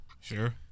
Sure